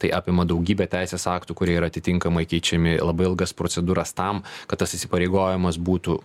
tai apima daugybę teisės aktų kurie yra atitinkamai keičiami labai ilgas procedūras tam kad tas įsipareigojimas būtų